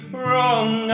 wrong